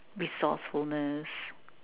resourcefulness